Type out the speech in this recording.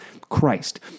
Christ